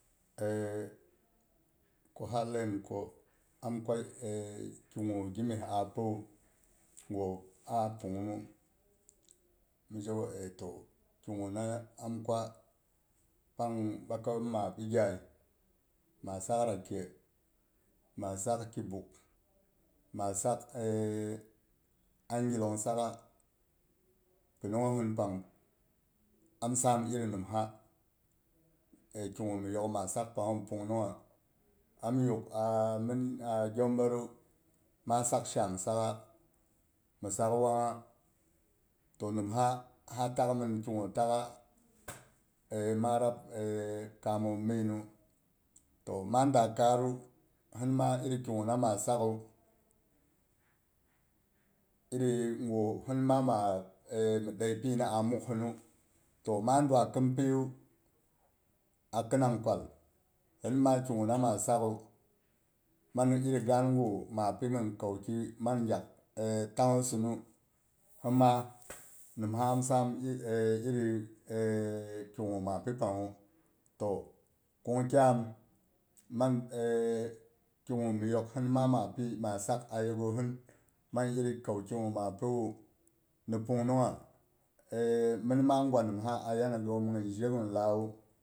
ko ha laiyim ko am kwa ki gu gi meh a piwu gu a pung minu, mi ge ko aeto ki gu na am kwa pang ɓakayom ma ɓigigayi ma sak rake, ma sak ki buugh ma sak angilong sakah pinunong hosing pang am sam iri nimsa a kigu mhi yok ma sak panghu ni pung nung ha am yugh a mhin a tyongbotdu ma sak shani sakha mhi sak wangha to nim ha ha takmin kiga taa ma rab kammom minu to ma da kaaddu hin ma iri kigu na ma sak hu iri gu hin ma ma mukhinmu to ma dwa khin pigu a khinang kwal hin ma kigu na ma sakhu man iri ga'an gu ma pi hin kauki man gyak tang ohsin nu hin ma nimsa am sa iri iri ki gu ma pi panghu. To kun kyam mang kigu mhi you hin ma pi ma sak a ye gosin mang iri kaukigu ma piwuni pungmungha mhin ma nimsa a yanayi ghom ghin je gun tah wu.